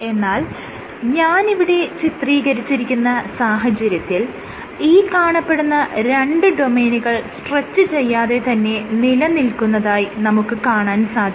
എന്നാൽ ഞാൻ ഇവിടെ ചിത്രീകരിച്ചിരിക്കുന്ന സാഹചര്യത്തിൽ ഈ കാണപ്പെടുന്ന രണ്ട് ഡൊമെയ്നുകൾ സ്ട്രെച്ച് ചെയ്യാതെ തന്നെ നിലനിൽക്കുന്നതായി നമുക്ക് കാണാൻ സാധിക്കും